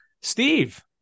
Steve